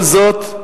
כל זאת,